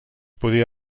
podia